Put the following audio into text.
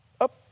up